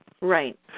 Right